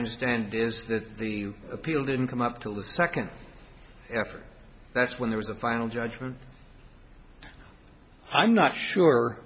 understand is that the appeal didn't come up till the second after that's when there was a final judgment i'm not sure